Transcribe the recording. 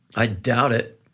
i doubt it.